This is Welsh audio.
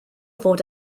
fod